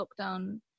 lockdown